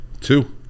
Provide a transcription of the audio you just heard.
two